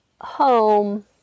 home